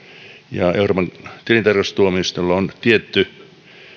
ja euroopan tilintarkastustuomioistuimella on tietty